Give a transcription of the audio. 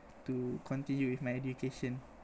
to continue with my education